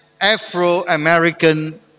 Afro-American